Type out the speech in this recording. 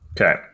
Okay